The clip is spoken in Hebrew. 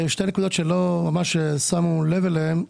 שתי נקודות שלא שמו לב אליהן: